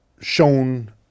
shown